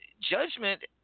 judgment